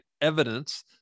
evidence